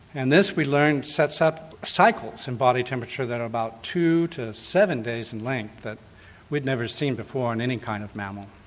and this we learned sets up cycles in body temperature that are about two to seven days in length that we'd never seen before in any kind of mammal.